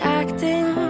acting